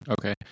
Okay